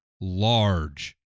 large